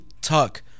Tuck